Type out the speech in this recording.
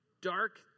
dark